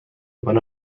one